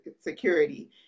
security